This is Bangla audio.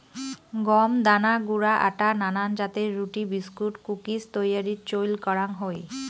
গম দানা গুঁড়া আটা নানান জাতের রুটি, বিস্কুট, কুকিজ তৈয়ারীত চইল করাং হই